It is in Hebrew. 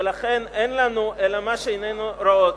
ולכן אין לנו אלא מה שעינינו רואות,